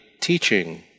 teaching